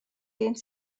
dehnt